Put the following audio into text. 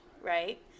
right